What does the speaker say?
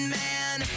man